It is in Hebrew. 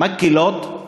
מקלות,